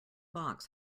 box